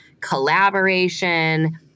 collaboration